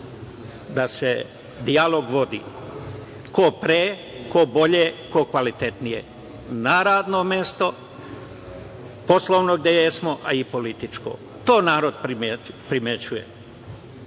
da se dijalog vodi. Ko pre, ko bolje, ko kvalitetnije. Na radno mesto, poslovno gde jesmo, a i političko. To narod primećuje.